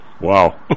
Wow